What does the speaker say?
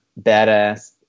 badass